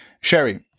Sherry